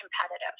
competitive